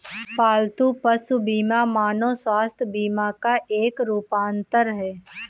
पालतू पशु बीमा मानव स्वास्थ्य बीमा का एक रूपांतर है